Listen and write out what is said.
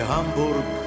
Hamburg